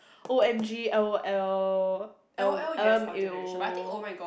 O_M_G L_O_L L L_M_A_O